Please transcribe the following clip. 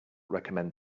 recommend